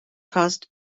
cost